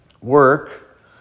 work